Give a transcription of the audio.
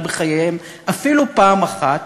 בחייהם של רוב בני-האדם אפילו פעם אחת,